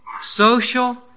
social